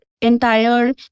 Entire